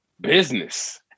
Business